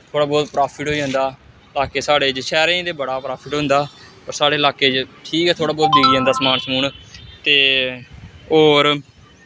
थोह्ड़ा बौह्त प्राफिट होई जंदा बाकी साढ़े च शैह्रें च ते बड़ा फ्राफिट होंदा साढ़े लाह्कें च ठीक ऐ थोह्ड़ा बौह्त बिकी जंदा समान सुमान ते होर